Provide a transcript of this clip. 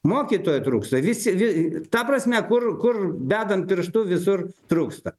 mokytojų trūksta visi vi ta prasme kur kur bedam pirštu visur trūksta